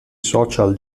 social